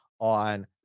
on